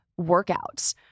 workouts